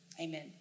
Amen